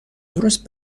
درست